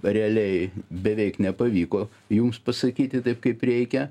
realiai beveik nepavyko jums pasakyti taip kaip reikia